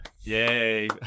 Yay